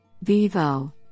Vivo